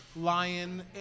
lion